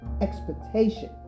expectation